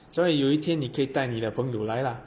所以有一天你可以带你的朋友来啦